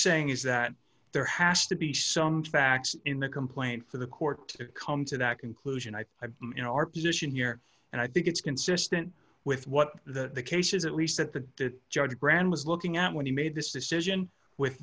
saying is that there has to be some facts in the complaint for the court to come to that conclusion i have you know our position here and i think it's consistent with what the case is at least that the judge grand was looking at when he made this decision with